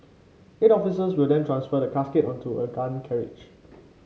eight officers will then transfer the casket onto a gun carriage